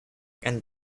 and